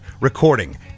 recording